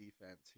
defense